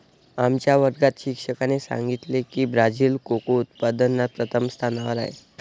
आमच्या वर्गात शिक्षकाने सांगितले की ब्राझील कोको उत्पादनात प्रथम स्थानावर आहे